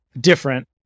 different